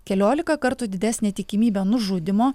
keliolika kartų didesnė tikimybė nužudymo